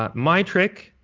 um my trick,